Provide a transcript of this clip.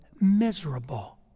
miserable